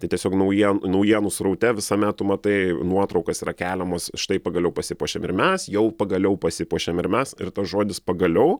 tai tiesiog naujie naujienų sraute visame tu matai nuotraukas yra keliamos štai pagaliau pasipuošėm ir mes jau pagaliau pasipuošėm ir mes ir tas žodis pagaliau